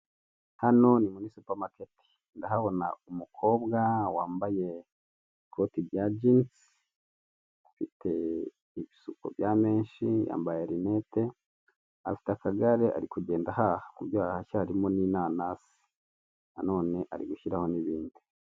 Iri ni duka ritoya ry'ikigo cy'itumanaho gikorera mu Rwanda gikoresha ibara ry'umuhondo hari umufatabuguzi ushaka ubufasha mu bijyanye no kwakira, kohereza amafaranga, kuyabitsa cyangwa kuyabikuza cyangwa se no kwishyura ibyo yaguze cyangwa no kugura amayinite, kugura umuriro n'ibintu byinshi bitandukanye uyu muntu yamufasha.